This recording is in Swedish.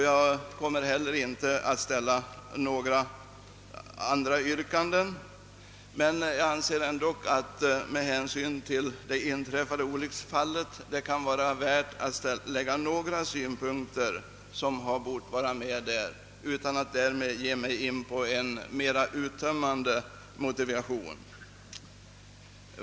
Jag kommer inte heller att ställa något yrkande. Jag anser emellertid att det med hänsyn till det inträffade olycksfallet kan vara värt att anlägga ett par synpunkter, som hade bort vara med i motionen, utan att jag därmed ger mig in på en uttömmande motivering.